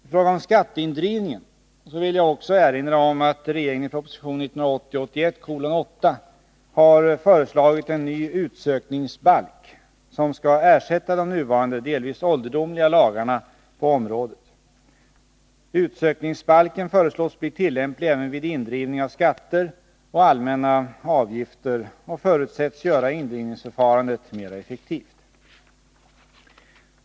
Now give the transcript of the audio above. I fråga om skatteindrivningen vill jag också erinra om att regeringen i proposition 1980/81:8 har föreslagit en ny utsökningsbalk, som skall ersätta de nuvarande delvis ålderdomliga lagarna på området. Utsökningsbalken föreslås bli tillämplig även vid indrivning av skatter och allmänna avgifter och förutsätts göra indrivningsförfarandet mera effektivt.